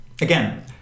again